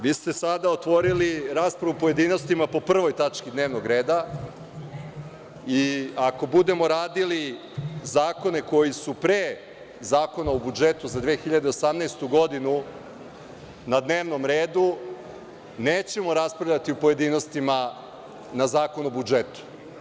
Vi ste sada otvorili u pojedinostima po 1. tački dnevnog reda i ako budemo radili zakona koji su pre Zakona o budžetu za 2018. godinu na dnevnom redu, nećemo raspravljati u pojedinostima na Zakon o budžetu.